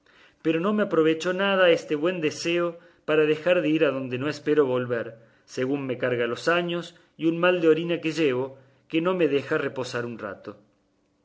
pero no me aprovechó nada este buen deseo para dejar de ir adonde no espero volver según me cargan los años y un mal de orina que llevo que no me deja reposar un rato